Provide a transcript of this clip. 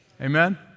Amen